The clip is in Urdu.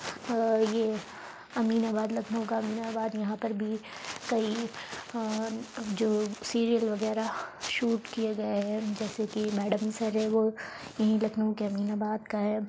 اور یہ امین آباد لکھنؤ کا امین آباد یہاں پر بھی کئی جو سیریئل وغیرہ شوٹ کئے گئے ہیں جیسے کہ میڈم سر ہیں وہ یہیں لکھنؤ کے امین آباد کا ہے